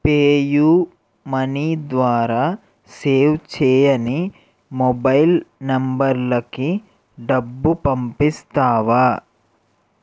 pay U Money ద్వారా save చేయని mobile నంబర్లకి డబ్బు పంపిస్తావా